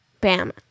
bam